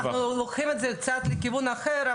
שאנחנו לוקחים את זה קצת לכיוון אחר.